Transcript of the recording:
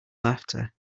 laughter